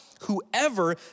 whoever